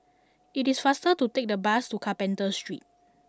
it is faster to take the bus to Carpenter Street